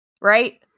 right